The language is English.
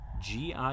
gi